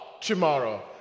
tomorrow